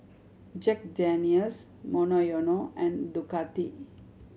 Jack Daniel's Monoyono and Ducati